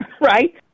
right